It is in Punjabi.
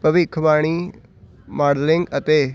ਭਵਿੱਖਬਾਣੀ ਮਾਡਲਿੰਗ ਅਤੇ